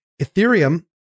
Ethereum